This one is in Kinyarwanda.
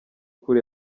cool